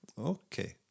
Okay